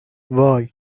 وای